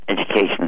education